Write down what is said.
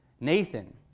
Nathan